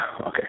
Okay